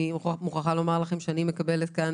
אני מוכרחה לומר לכם שאני מקבלת כאן